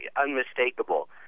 unmistakable